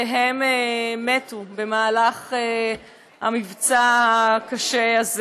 והם מתו במבצע הקשה הזה.